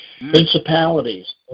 Principalities